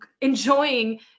enjoying